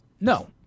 No